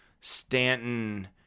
Stanton